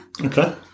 Okay